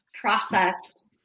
processed